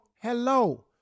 hello